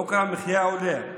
יוקר המחיה עולה,